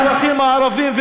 והחיפוש על אזרחים ערבים,